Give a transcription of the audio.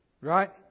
Right